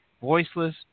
voiceless